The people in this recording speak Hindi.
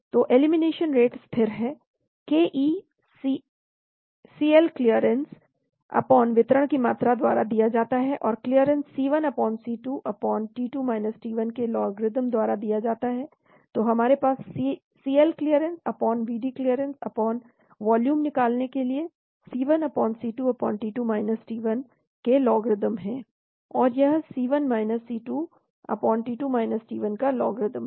तो एलिमिनेशन रेट स्थिर है ke सीएल क्लीयरेंस वितरण की मात्रा द्वारा दिया जाता है और clearance C1 C2 t2 t1 के लॉगरिदम द्वारा दिया जाता है तो हमारे पास CL clearance Vd clearance volume निकालने के लिए C1 C2 t2 t1 के लॉगरिदम है और यह C1 C2 t2 t1 का लॉगरिदम है